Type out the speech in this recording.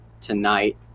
tonight